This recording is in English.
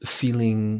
feeling